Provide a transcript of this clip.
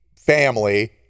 family